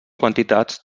quantitats